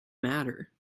matter